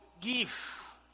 Give